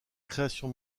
création